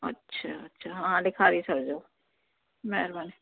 अच्छा अच्छा हा ॾेखारे छॾिजो महिरबानी